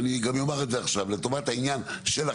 ואני גם אומר את זה עכשיו לטובת העניין שלכם,